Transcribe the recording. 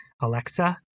Alexa